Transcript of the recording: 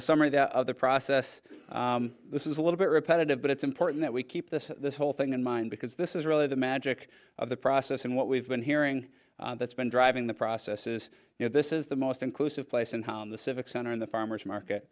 a summary the other process this is a little bit repetitive but it's important that we keep this this whole thing in mind because this is really the magic of the process and what we've been hearing that's been driving the process is you know this is the most inclusive place and the civic center in the farmer's market